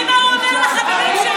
תראי מה הוא אומר לחברים שלך.